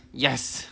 yes